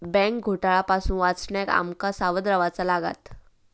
bank घोटाळा पासून वाचण्याक आम का सावध रव्हाचा लागात